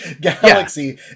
galaxy